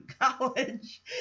college